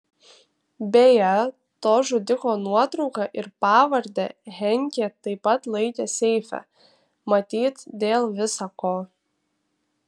beje to žudiko nuotrauką ir pavardę henkė taip pat laikė seife matyt dėl visa ko